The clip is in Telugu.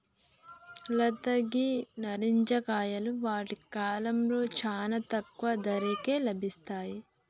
లత గీ నారింజ కాయలు వాటి కాలంలో చానా తక్కువ ధరకే లభిస్తాయి